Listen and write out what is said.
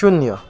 शून्य